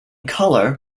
color